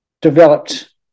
developed